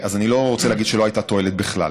אז אני לא רוצה להגיד שלא הייתה תועלת בכלל.